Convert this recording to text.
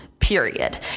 period